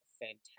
fantastic